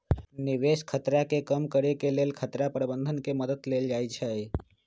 निवेश खतरा के कम करेके लेल खतरा प्रबंधन के मद्दत लेल जाइ छइ